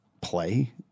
play